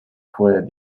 fue